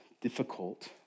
difficult